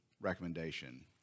recommendation